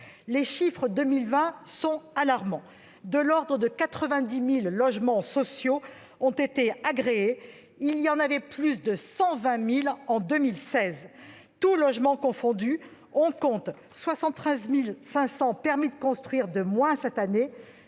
Les chiffres de 2020 sont alarmants. Environ 90 000 logements sociaux ont été agréés ; il y en avait plus de 120 000 en 2016. Tous logements confondus, on compte 73 500 permis de construire de moins en